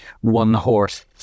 one-horse